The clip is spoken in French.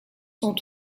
sont